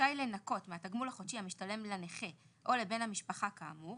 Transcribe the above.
רשאי לנכות מהתגמול החודשי המשתלם לנכה או לבן המשפחה כאמור,